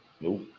Nope